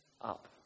up